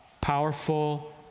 powerful